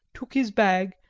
took his bag,